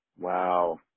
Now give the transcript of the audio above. Wow